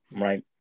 right